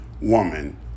woman